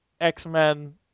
X-Men